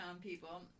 people